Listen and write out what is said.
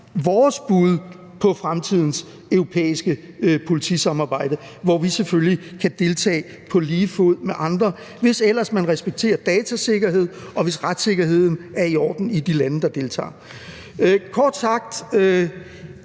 vores bud på fremtidens europæiske politisamarbejde, hvor vi selvfølgelig kan deltage på lige fod med andre, hvis ellers man respekterer datasikkerhed, og hvis retssikkerheden er i orden i de lande, der deltager. Kort sagt: